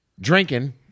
drinking